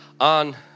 on